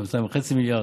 2.5 מיליארד,